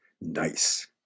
nice